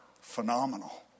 Phenomenal